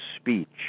speech